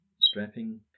strapping